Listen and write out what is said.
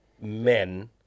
men